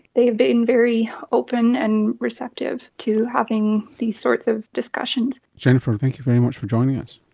they have been very open and receptive to having these sorts of discussions. jennifer, thank you very much for joining us.